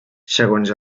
segons